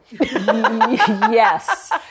Yes